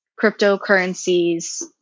cryptocurrencies